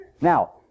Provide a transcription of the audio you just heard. Now